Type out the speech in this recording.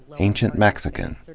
ancient mexican.